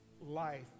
life